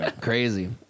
crazy